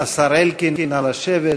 השר אלקין, נא לשבת.